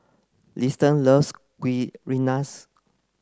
Liston loves Kuih Rengas